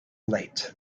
late